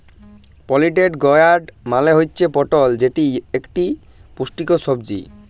পলিটেড গয়ার্ড মালে হুচ্যে পটল যেটি ইকটি পুষ্টিকর সবজি